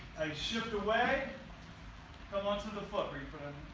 i shift away come on to the fuckin front